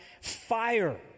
Fire